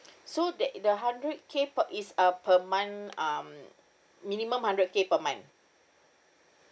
so that the hundred K per is uh per month um minimum hundred K per month